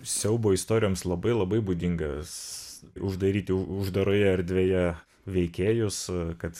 siaubo istorijoms labai labai būdingas uždaryti uždaroje erdvėje veikėjus kad